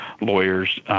lawyers